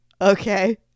okay